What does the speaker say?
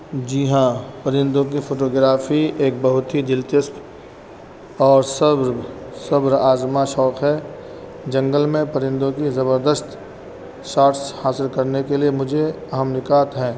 جی ہاں پرندوں کی فوٹوگرافی ایک بہت ہی دلچسپ اور صبر صبر آزمہ شوق ہے جنگل میں پرندوں کی زبردست شارٹس حاصل کرنے کے لیے مجھے اہم نکات ہیں